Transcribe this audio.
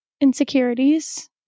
insecurities